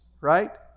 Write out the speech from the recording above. right